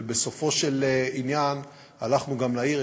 ובסופו של עניין הלכנו גם לעיר,